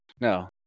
No